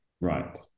Right